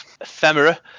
ephemera